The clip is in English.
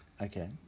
Okay